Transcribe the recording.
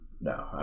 no